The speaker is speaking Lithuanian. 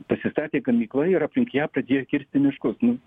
pasistatė gamykla ir aplink ją pradėjo kirsti miškus nu